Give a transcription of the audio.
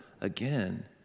again